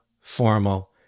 formal